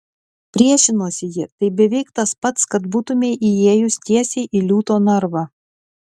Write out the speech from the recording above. priešinosi ji tai beveik tas pats kad būtumei įėjus tiesiai į liūto narvą